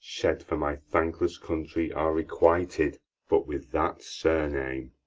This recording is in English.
shed for my thankless country, are requited but with that surname